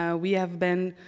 ah we have been